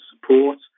support